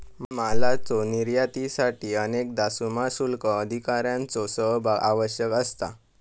मालाच्यो निर्यातीसाठी अनेकदा सीमाशुल्क अधिकाऱ्यांचो सहभाग आवश्यक असता